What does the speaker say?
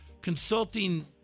consulting